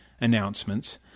announcements